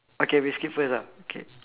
okay we skip first ah K